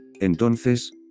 Entonces